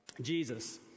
Jesus